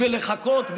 ולחכות,